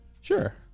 Sure